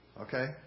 Okay